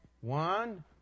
One